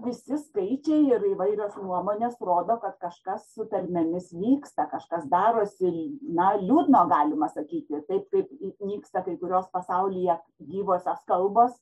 visi skaičiai ir įvairios nuomonės rodo kad kažkas su tarmėmis vyksta kažkas darosi na liūdno galima sakyti taip kaip nyksta kai kurios pasaulyje gyvosios kalbos